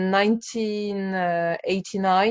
1989